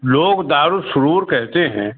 لوگ دار السرور کہتے ہیں